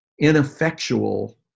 ineffectual